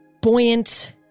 buoyant